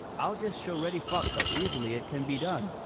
i'll just show reddy fox how easily it can be done,